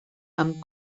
amb